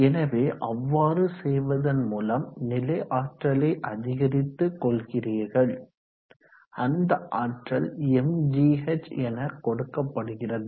எனவே அவ்வாறு செய்வதன் மூலம் நிலைஆற்றலை அதிகரித்து கொள்கிறீர்கள் அந்த ஆற்றல் mgh எனக்கொடுக்கப்படுகிறது